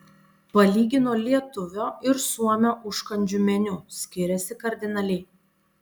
palygino lietuvio ir suomio užkandžių meniu skiriasi kardinaliai